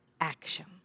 action